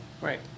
Right